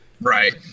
right